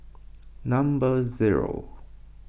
number zero